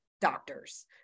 doctors